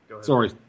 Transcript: Sorry